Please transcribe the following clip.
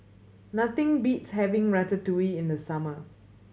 nothing beats having Ratatouille in the summer